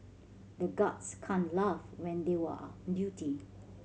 the guards can't laugh when they were on duty